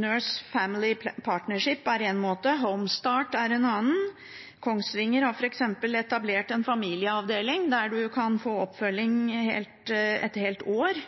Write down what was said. Nurse Family Partnership er én måte, Home-Start er en annen. Kongsvinger har f.eks. etablert en familieavdeling der man kan få oppfølging et helt år.